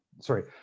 sorry